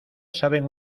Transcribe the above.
saben